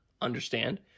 understand